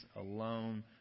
alone